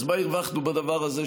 אז מה הרווחנו בדבר הזה?